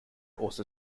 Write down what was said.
also